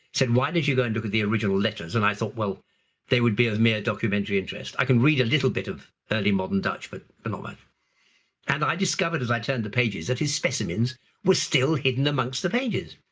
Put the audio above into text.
said why don't you go and look at the original letters? and i thought well they would be of mere documentary interest. i can read a little bit of early modern dutch but not much. and i discovered, as i turned the pages that his specimens were still hidden amongst the pages.